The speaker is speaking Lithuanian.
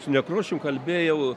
su nekrošium kalbėjau